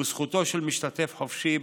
וזכותו של משתתף חופשי,